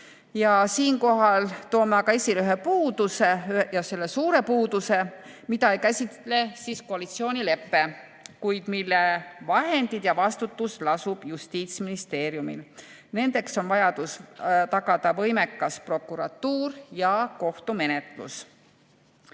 Siinkohal toome aga esile ühe suure puuduse, mida ei käsitle koalitsioonilepe, kuid mille vahendid ja vastutus lasuvad Justiitsministeeriumil. See on vajadus tagada võimekas prokuratuur ja kohtumenetlus.